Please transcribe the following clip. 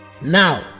Now